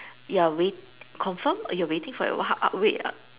you'r~ wait confirmed or you're waiting for it or how wait err